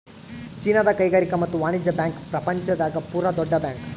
ಚೀನಾದ ಕೈಗಾರಿಕಾ ಮತ್ತು ವಾಣಿಜ್ಯ ಬ್ಯಾಂಕ್ ಪ್ರಪಂಚ ದಾಗ ಪೂರ ದೊಡ್ಡ ಬ್ಯಾಂಕ್